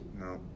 No